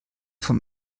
vom